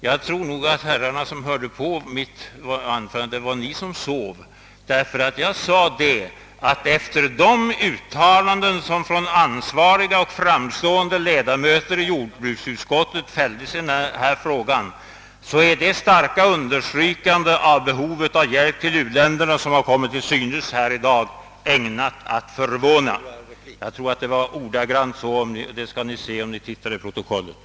Jag tror emellertid att det var herrarna som sov när jag höll mitt anförande, ty jag sade att efter de uttalanden som gjorts av ansvariga och framstående ledamöter av jordbruksutskottet i denna fråga är det starka understrykande av behovet av hjälp till u-länderna, som kommit till uttryck här i dag, ägnat att förvåna. Ni kan ju själva i protokollet kontrollera om det inte var så jag sade.